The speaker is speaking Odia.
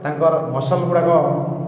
ତାଙ୍କର ମସଲ୍ଗୁଡ଼ାକ